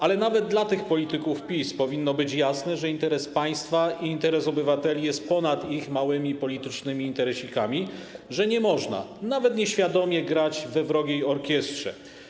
Ale nawet dla tych polityków PiS powinno być jasne, że interes państwa i interes obywateli jest ponad ich małymi, politycznymi interesikami, że nie można, nawet nieświadomie, grać we wrogiej orkiestrze.